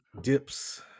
dips